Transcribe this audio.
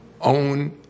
own